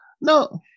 No